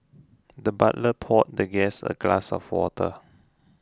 the butler poured the guest a glass of water